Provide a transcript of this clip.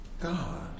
God